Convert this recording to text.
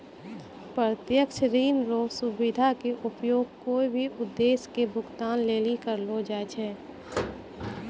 प्रत्यक्ष ऋण रो सुविधा के उपयोग कोय भी उद्देश्य के भुगतान लेली करलो जाय छै